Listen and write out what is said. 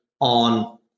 on